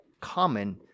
common